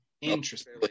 interesting